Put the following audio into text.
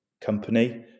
company